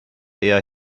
eher